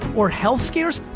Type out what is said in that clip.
or health scares?